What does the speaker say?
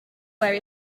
where